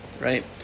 right